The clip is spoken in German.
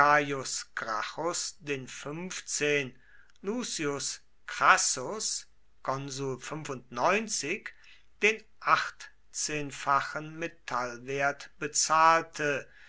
lucius crassus den achtzehnfachen metallwert bezahlte